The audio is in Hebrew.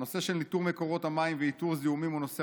הנושא של ניטור מקורות המים ואיתור זיהומים הוא נושא